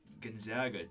Gonzaga